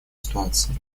ситуации